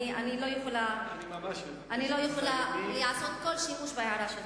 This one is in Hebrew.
אני לא יכולה לעשות כל שימוש בהערה שלך,